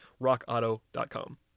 rockauto.com